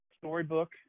storybook